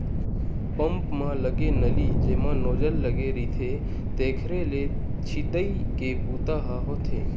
pump म लगे नली जेमा नोजल लगे रहिथे तेखरे ले छितई के बूता ह होथे